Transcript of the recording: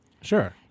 Sure